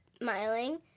smiling